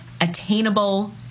attainable